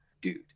Dude